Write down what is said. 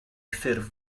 ffurf